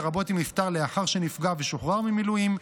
לרבות אם נפטר לאחר שנפגע ושוחרר ממילואים,